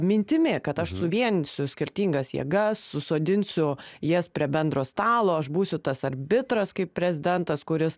mintimi kad aš suvienysiu skirtingas jėgas susodinsiu jas prie bendro stalo aš būsiu tas arbitras kaip prezidentas kuris